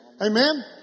Amen